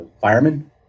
fireman